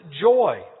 joy